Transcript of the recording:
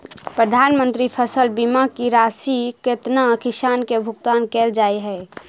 प्रधानमंत्री फसल बीमा की राशि केतना किसान केँ भुगतान केल जाइत है?